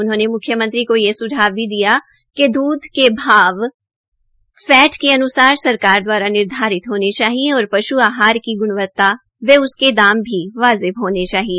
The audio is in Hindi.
उन्होंने म्ख्यमंत्री को यह भी सुझाव दिया कि दूध के भाव फैट के अन्सार सरकार द्वारा निर्धारित होने चाहिए और पशु आहार की गुणवता व उसके दाम भी वाजिब होने चाहिए